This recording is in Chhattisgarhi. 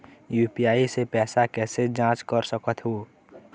यू.पी.आई से पैसा कैसे जाँच कर सकत हो?